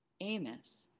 Amos